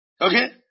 Okay